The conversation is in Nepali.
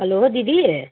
हेलो दिदी